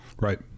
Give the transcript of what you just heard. Right